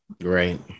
Right